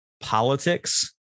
Politics